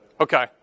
Okay